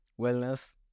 wellness